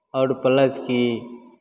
आओर प्लस की